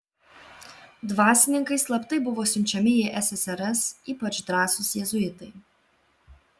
dvasininkai slaptai buvo siunčiami į ssrs ypač drąsūs jėzuitai